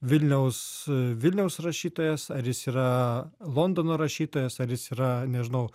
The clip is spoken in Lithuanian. vilniaus vilniaus rašytojas ar jis yra londono rašytojas ar jis yra nežinau